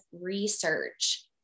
research